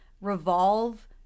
Revolve